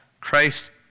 Christ